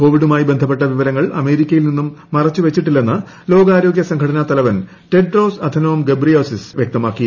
കോവിഡുമായി ബന്ധപ്പെട്ട വിവരങ്ങൾ അമേരിക്കയിൽ നിന്നും മറച്ചുവച്ചിട്ടില്ലെന്ന് ലോകാരോഗ്യ സംഘടന തലവൻ ടെഡ്രോസ് അഥനോം ഗബ്രിയേസിസ് വ്യക്തമാക്കി